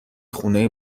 خونه